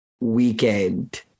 weekend